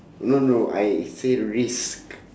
no no I say risk